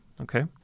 Okay